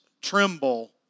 tremble